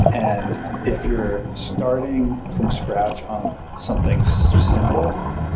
and if you're starting from scratch on something's simple,